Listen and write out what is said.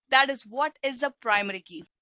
that is what is the primary key.